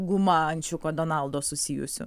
guma ančiuko donaldo susijusiu